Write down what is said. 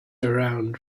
around